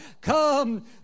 come